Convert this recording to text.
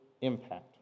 impact